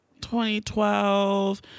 2012